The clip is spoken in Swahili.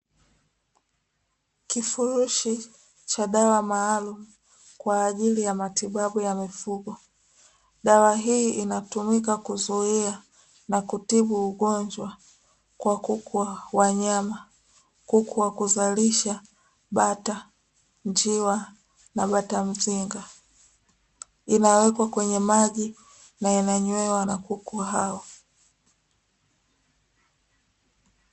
Kifurushi cha dawa Maalum kwa ajili ya Matibabu ya Mfugo. Dawa hii inatumika kuzuia na kutibu ugonjwa kwa kuku wa wanyama, kuku wa kuzalisha, bata, njiwa na bata mzinga. Inawekwa kwenye maji na yanywelewa na kuku hao.